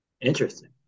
Interesting